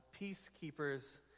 peacekeepers